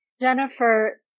Jennifer